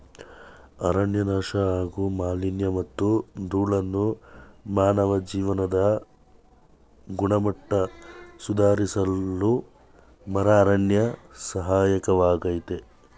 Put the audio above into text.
ಅರಣ್ಯನಾಶ ಹಾಗೂ ಮಾಲಿನ್ಯಮತ್ತು ಧೂಳನ್ನು ಮಾನವ ಜೀವನದ ಗುಣಮಟ್ಟ ಸುಧಾರಿಸಲುಮರುಅರಣ್ಯ ಸಹಾಯಕವಾಗ್ತದೆ